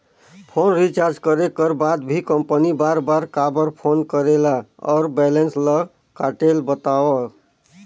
Phone recharge करे कर बाद भी कंपनी बार बार काबर फोन करेला और बैलेंस ल काटेल बतावव?